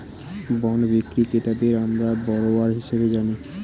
bond বিক্রি ক্রেতাদের আমরা বরোয়ার হিসেবে জানি